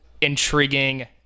intriguing